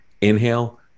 Inhale